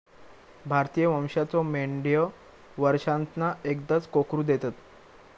भारतीय वंशाच्यो मेंढयो वर्षांतना एकदाच कोकरू देतत